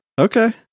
Okay